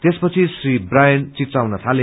त्यसपछि श्री ब्रायन चिच्याउन थाले